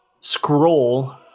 scroll